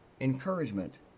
encouragement